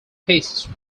pieces